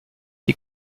die